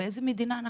באיזו מדינה?